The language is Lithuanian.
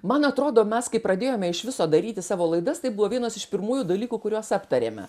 man atrodo mes kai pradėjome iš viso daryti savo laidas tai buvo vienas iš pirmųjų dalykų kuriuos aptarėme